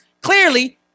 Clearly